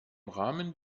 rahmen